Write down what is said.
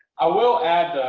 i will add